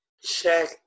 check